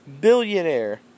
billionaire